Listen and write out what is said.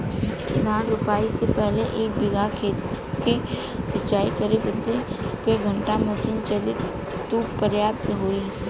धान रोपाई से पहिले एक बिघा खेत के सिंचाई करे बदे क घंटा मशीन चली तू पर्याप्त होई?